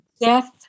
death